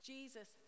Jesus